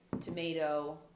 tomato